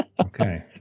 Okay